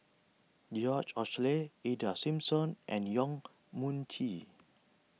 George Oehlers Ida Simmons and Yong Mun Chee